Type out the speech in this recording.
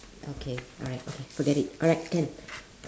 okay alright okay forget it alright can